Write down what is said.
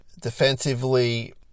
defensively